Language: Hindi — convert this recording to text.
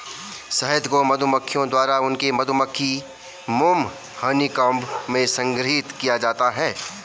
शहद को मधुमक्खियों द्वारा उनके मधुमक्खी मोम हनीकॉम्ब में संग्रहीत किया जाता है